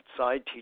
outside